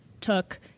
took